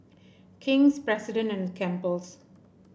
King's President and Campbell's